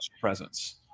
presence